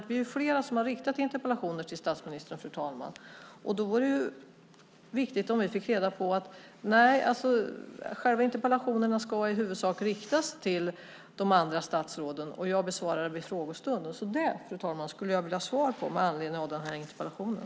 Vi är flera som har riktat interpellationer till statsministern, fru talman, och då vore det viktigt att få ett svar: Nej, själva interpellationerna ska i huvudsak riktas till de andra statsråden, och jag besvarar frågor vid frågestunden. Det, fru talman, skulle jag vilja ha svar på med anledning av den här interpellationen.